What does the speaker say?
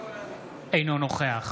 אינו נוכח